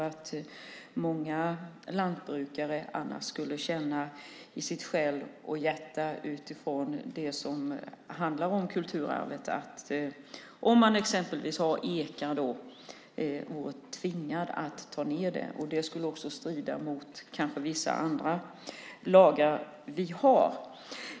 Det skulle annars kännas i många lantbrukares själ och hjärta, med tanke på kulturarvet, om de skulle tvingas att ta ned exempelvis sina ekar. Det skulle kanske också strida mot vissa andra lagar vi har.